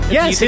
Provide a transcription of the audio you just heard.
Yes